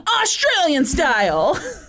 Australian-style